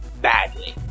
badly